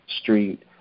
street